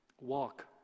walk